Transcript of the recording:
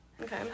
Okay